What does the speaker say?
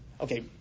Okay